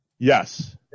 Yes